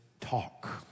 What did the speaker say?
talk